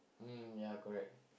mm ya correct